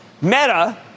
Meta